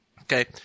Okay